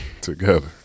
together